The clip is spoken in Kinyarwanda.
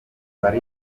uwari